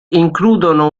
includono